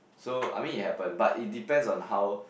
so I mean it happened but it depends on how